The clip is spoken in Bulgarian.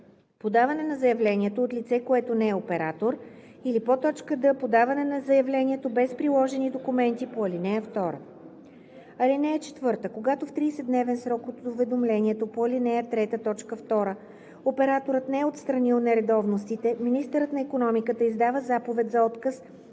подаване на заявлението от лице, което не е оператор, или д) подаване на заявлението без приложени документи по ал. 2. (4) Когато в 30-дневен срок от уведомлението по ал. 3, т. 2 операторът не е отстранил нередовностите, министърът на икономиката издава заповед за отказ